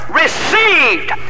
received